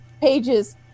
pages